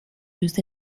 used